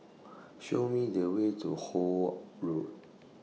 Show Me The Way to Holt Road